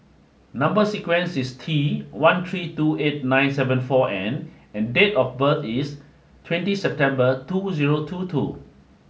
number sequence is T one three two eight nine seven four N and date of birth is twenty September two zero two two